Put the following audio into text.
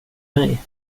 mig